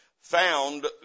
found